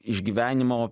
iš gyvenimo